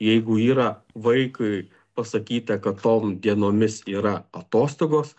jeigu yra vaikui pasakyta kad tom dienomis yra atostogos